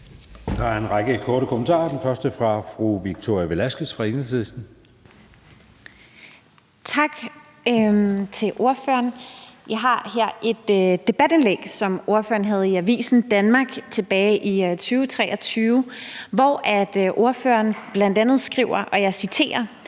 Der er en række korte bemærkninger, og den første er fra fru Victoria Velasquez fra Enhedslisten. Kl. 19:50 Victoria Velasquez (EL): Tak til ordføreren. Jeg har her et debatindlæg, som ordføreren havde i Avisen Danmark tilbage i 2023, hvor ordføreren bl.a. skriver, og jeg citerer: